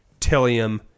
tillium